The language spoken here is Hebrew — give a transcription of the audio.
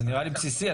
זה נראה לי בסיסי,